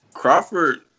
Crawford